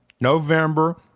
November